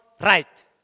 right